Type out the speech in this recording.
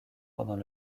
pendant